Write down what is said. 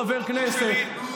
אני אומר את זה לחבר הכנסת עבאס,